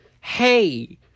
hey